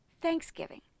thanksgiving